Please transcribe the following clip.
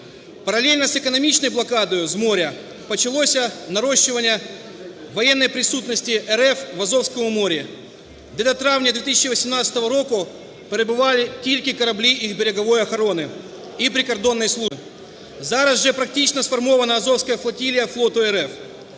Паралельно з економічною блокадою з моря почалося нарощування воєнної присутності РФ в Азовському морі, де до травня 2018 року перебували тільки кораблі їх берегової охорони і прикордонної служби. Зараз же практично сформована азовська флотилія флоту РФ.